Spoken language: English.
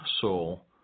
soul